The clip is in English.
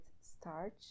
starch